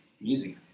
music